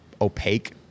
opaque